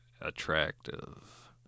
attractive